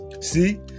See